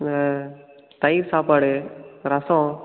இந்த தயிர் சாப்பாடு ரசம்